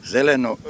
Zeleno